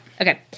Okay